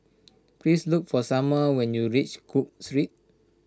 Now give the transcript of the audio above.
please look for Salma when you reach Cook Street